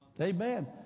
Amen